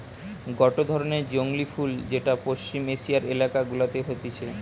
গটে ধরণের জংলী ফুল যেটা পশ্চিম এশিয়ার এলাকা গুলাতে হতিছে